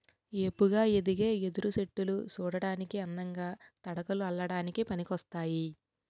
ఏపుగా ఎదిగే వెదురు చెట్టులు సూడటానికి అందంగా, తడకలు అల్లడానికి పనికోస్తాయి